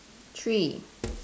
three